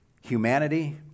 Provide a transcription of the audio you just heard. humanity